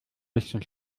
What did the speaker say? bisschen